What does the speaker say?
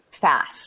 fast